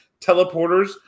teleporters